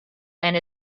and